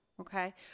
Okay